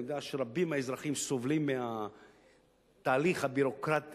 אני יודע שרבים מהאזרחים סובלים מהתהליך הביורוקרטי,